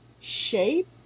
shape